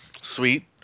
Sweet